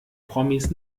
promis